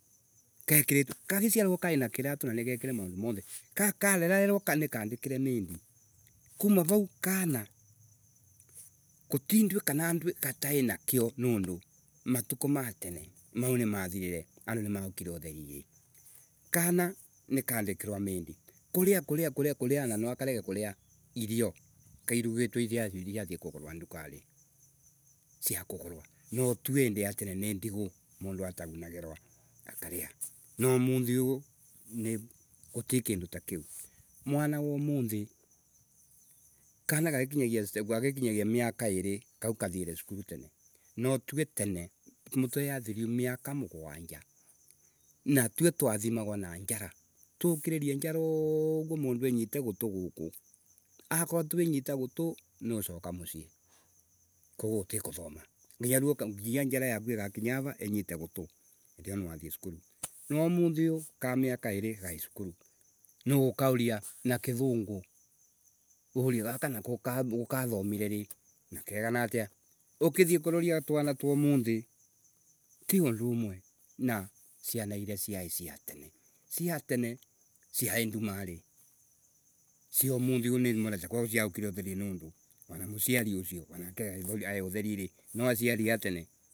Gekiri kagiciarwa kena kiratu na nigekire maundu mothe. Ka ka karerarerwa nikandikire maindi. Kuma vau kana, guti ndui kana ndui gatainakyo niundu matuko ma tene ni mathirire. Andu nimaukire utherire. Kana nikandikirwa maindi. Kuria, kuria, kuria. wana nwakarege kuria irio iruugitwe ka irathi kugurwa kugurwa ndukari sia kugurwa. Nwa tue indi ya tene n indigo mundu atagunagirwa. Umuri uyu gutikundu takiu, kana ka umuthi, kana kagikinyagia seka gikinyagia miaka iri, kau. Kathiire skuiu tene. no tue tene, mute athiriu miaka mugwanja, na tue twathimagwa na njara. Kogoo mundu enyita gutu guku. Akorwa ti winyita gutu ni usoka mucii koguo gutikuthoma. Nginya riu njara yaku igakinya hara inyite guku nirio ukathii skuiu. No riu ka miaka iri kai skuiu. Ni ugakauria na kithingo, urie gaka nako ko kathomire ri. na keganata atia. Ukithi kuroria twana tuo umuthi, ti, undu umwe na ciana iria ciai tene. Cia tene ciai ndumari. Cia umuthi ni mona tako cia ukire utherire niundu wana muciari ucio, anake ai utherire, no mociari wa teneee.